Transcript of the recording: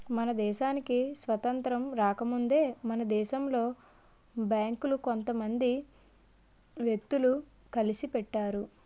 మన దేశానికి స్వాతంత్రం రాకముందే మన దేశంలో బేంకులు కొంత మంది వ్యక్తులు కలిసి పెట్టారు